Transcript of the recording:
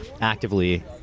actively